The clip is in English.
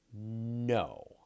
No